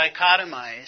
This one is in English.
dichotomized